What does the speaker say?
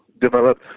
develop